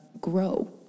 grow